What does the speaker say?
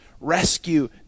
rescue